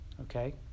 Okay